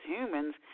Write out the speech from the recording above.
humans